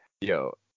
yo